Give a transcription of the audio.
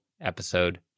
episode